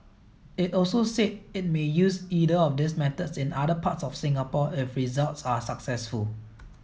it also said it may use either of these methods in other parts of Singapore if results are successful